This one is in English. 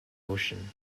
ocean